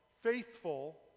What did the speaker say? faithful